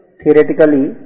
theoretically